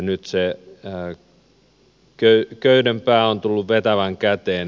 nyt se köyden pää on tullut vetävän käteen